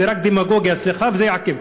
זה רק דמגוגיה, סליחה, וזה יעכב.